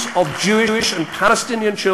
בבריטניה ובעולם.